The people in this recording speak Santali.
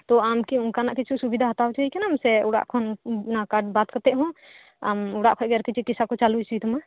ᱛᱳ ᱟᱢᱠᱤ ᱚᱱᱠᱟᱱᱟᱜ ᱠᱤᱪᱷᱩ ᱥᱩᱵᱤᱫᱟ ᱦᱟᱛᱟᱣ ᱪᱟᱹᱭ ᱠᱟᱱᱟ ᱥᱮ ᱚᱲᱟᱜ ᱠᱷᱚᱱ ᱚᱱᱟ ᱠᱟᱨᱰ ᱵᱟᱫ ᱠᱟᱛᱮ ᱦᱚᱸ ᱟᱢ ᱚᱲᱟᱜ ᱠᱷᱚᱱ ᱜᱮ ᱛᱤᱠᱤᱥᱟ ᱠᱚ ᱪᱟᱹᱞᱩ ᱚᱪᱚᱭ ᱛᱟᱢᱟ